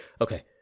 Okay